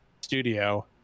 studio